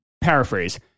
paraphrase